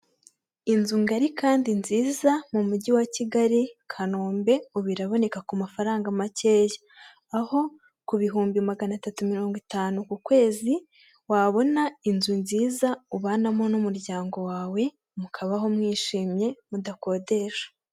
Inzu ngari kandi nziza, mu mujyi wa Kigali, Kanombe ubu iraboneka ku mafaranga makeya, aho ku bihumbi magana atatu mirongo itanu ukwezi wabona inzu nziza ubanamo n'umuryango wawe, mukabaho mwishimye mudakodesha.